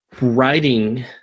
writing